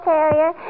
Terrier